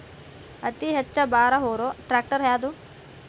ಅತಿ ಹೆಚ್ಚ ಭಾರ ಹೊರು ಟ್ರ್ಯಾಕ್ಟರ್ ಯಾದು?